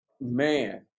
man